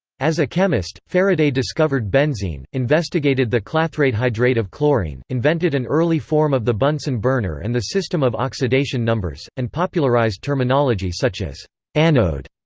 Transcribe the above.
as a chemist, faraday discovered benzene, investigated the clathrate hydrate of chlorine, invented an early form of the bunsen burner and the system of oxidation numbers, and popularised terminology such as anode,